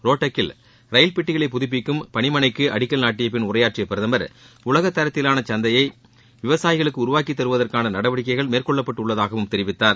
ரோட்டக்கில் rail பெட்டிகளை புதுப்பிக்கும் பணிமனைக்கு அடிக்கல் ஹரியானா மாநிலம் நாட்டியபின் உரையாற்றிய பிரதமர் உலகத் தரத்திலாள சந்தையை விவசாயிகளுக்கு உருவாக்கித் தருவதற்கான நடவடிக்கைகள் மேற்கொள்ளப்பட்டு உள்ளதாகவும் தெரிவித்தார்